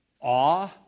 awe